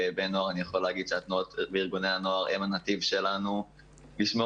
כבן נוער אני יכול להגיד שהתנועות וארגוני הנוער הם הנתיב שלנו לשמור